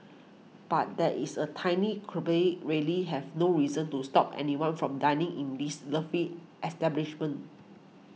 but that is a tiny quibble really have no reason to stop anyone from dining in this lovely establishment